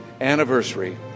anniversary